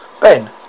Ben